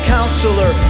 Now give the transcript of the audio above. Counselor